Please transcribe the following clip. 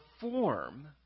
form